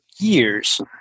years